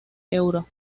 euro